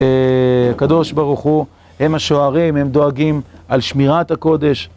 הקדוש ברוך הוא, הם השוערים, הם דואגים על שמירת הקודש